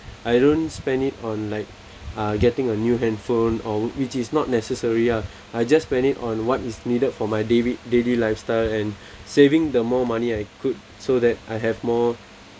I don't spend it on like uh getting a new handphone or which is not necessary ah I just spend it on what is needed for my daily daily lifestyle and saving the more money I could so that I have more